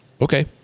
Okay